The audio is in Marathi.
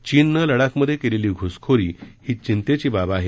चीनने लडाखमध्ये केलेली घ्सखोरी ही चिंतेची बाब आहे